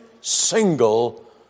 single